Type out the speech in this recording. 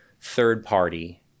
third-party